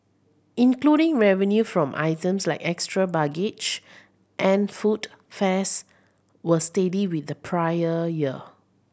including revenue from items like extra baggage and food fares were steady with the prior year